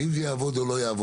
האם זה יעבוד או לא יעבוד.